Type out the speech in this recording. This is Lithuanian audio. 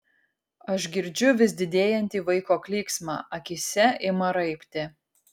aš girdžiu vis didėjantį vaiko klyksmą akyse ima raibti